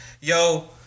Yo